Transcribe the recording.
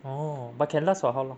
oh but can last for how long